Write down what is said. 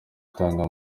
gutanga